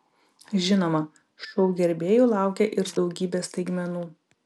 žinoma šou gerbėjų laukia ir daugybė staigmenų